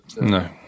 No